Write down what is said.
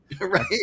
Right